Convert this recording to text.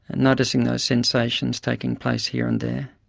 and noticing those sensations taking place here and there.